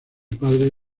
padre